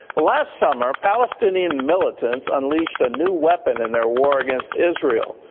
last summer, palestinian militants unleashed a new weapon in their war against israel,